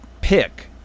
pick